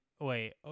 wait